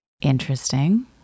interesting